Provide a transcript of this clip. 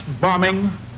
bombing